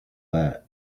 that